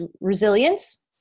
resilience